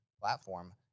platform